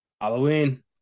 Halloween